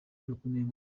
gusa